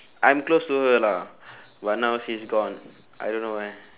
I'm close to her lah but now she's gone I don't know where